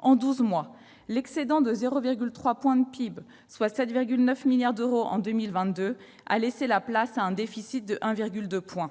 En douze mois, l'excédent de 0,3 point de PIB, soit 7,9 milliards d'euros, en 2022 a laissé place à un déficit de 1,2 point.